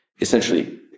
essentially